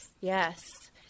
Yes